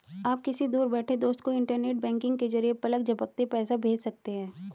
आप किसी दूर बैठे दोस्त को इन्टरनेट बैंकिंग के जरिये पलक झपकते पैसा भेज सकते हैं